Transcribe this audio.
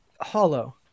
hollow